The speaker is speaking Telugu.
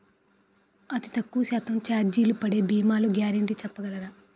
అతి తక్కువ శాతం ఛార్జీలు పడే భీమాలు గ్యారంటీ చెప్పగలరా?